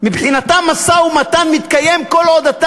מבחינתה משא-ומתן מתקיים כל עוד אתה